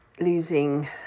losing